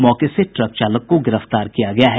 मौके से ट्रक चालक को गिरफ्तार किया गया है